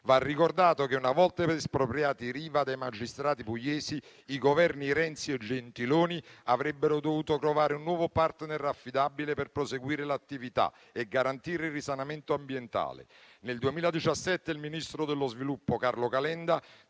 Va ricordato che, una volta espropriati i Riva dai magistrati pugliesi, i Governi Renzi e Gentiloni avrebbero dovuto trovare un nuovo *partner* affidabile per proseguire l'attività e garantire il risanamento ambientale. Nel 2017 il ministro dello sviluppo Carlo Calenda